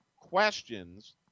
questions